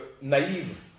naive